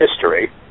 history